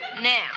Now